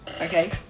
Okay